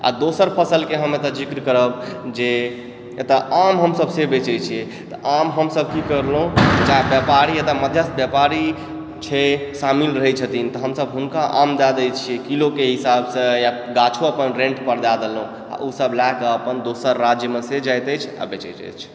आओर दोसर फसलके हम एतय जिक्र करब जे एतय आम हमसब से बेचै छियै तऽ आम हमसब की करलहुँ चाहे व्यापारी एतय मध्यस्थ व्यापारी छै शामिल रहै छथिन तऽ हमसब हुनका आम दए दैत छी किलोकेँ हिसाबसँ या गाछो अपन रेन्टपर दए देलहुँ आओर ओ सब लए कऽ अपन दोसर राज्यमे से जाइत अछि आओर बेचैत अछि